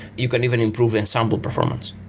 you can even improve the ensemble performance.